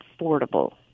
affordable